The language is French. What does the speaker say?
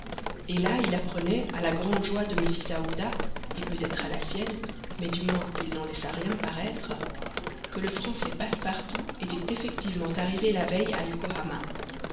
et là il apprenait à la grande joie de mrs aouda et peut-être à la sienne mais du moins il n'en laissa rien paraître que le français passepartout était effectivement arrivé la veille à